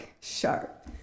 sharp